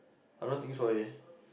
I don't think so leh